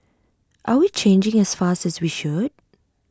are we changing as fast as we should